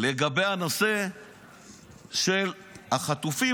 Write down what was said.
לגבי הנושא של החטופים,